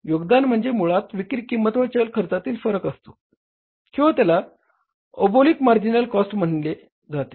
योगदान म्हणजे मुळात विक्री किंमत व चल खर्चातील फरक असतो किंवा त्याला ओबेलिक मार्जिनल कॉस्ट म्हटले जाते